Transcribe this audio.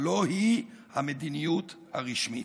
הלוא היא המדיניות הרשמית.